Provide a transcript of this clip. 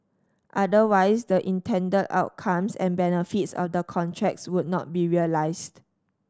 otherwise the intended outcomes and benefits of the contracts would not be realised